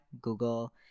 Google